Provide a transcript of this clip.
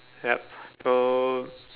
yup so